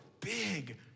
big